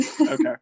Okay